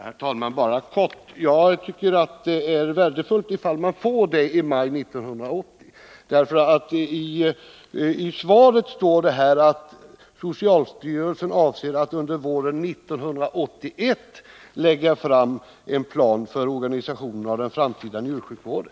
Herr talman! Bara några korta synpunkter. Det är värdefullt om detta underlag läggs fram i maj 1980. I statsrådet Holms svar heter det nämligen att socialstyrelsen avser att under våren 1981 lägga fram en plan för organisationen av den framtida njursjukvården.